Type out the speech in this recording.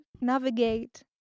navigate